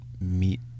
meet